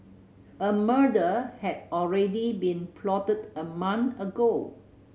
a murder had already been plotted a month ago